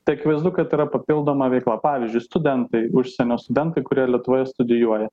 tai akivaizdu kad yra papildoma veikla pavyzdžiui studentai užsienio studentai kurie lietuvoje studijuoja